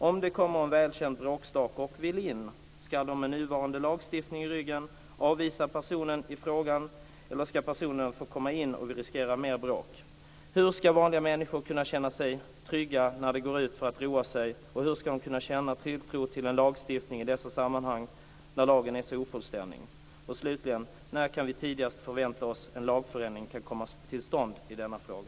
Om det kommer en välkänd bråkstake och vill in, skall de då med nuvarande lagstiftning i ryggen avvisa personen i fråga, eller skall personen få komma in och man riskerar mer bråk? Hur skall vanliga människor kunna känna sig trygga när de går ut för att roa sig, och hur skall de känna tilltro till lagstiftningen när lagen i dessa sammanhang är så ofullständig? När kan vi tidigast förvänta oss att en lagändring kan komma till stånd i denna fråga?